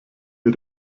wir